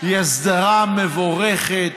היא הסדרה מבורכת,